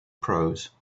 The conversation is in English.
prose